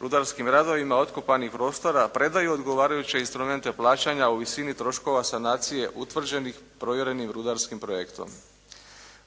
rudarskim radovima otkopanih prostora predaju odgovarajuće instrumente plaćanja u visini troškova sanacije utvrđenih provjerenim rudarskim projektom.